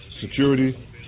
security